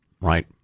Right